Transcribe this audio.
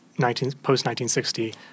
post-1960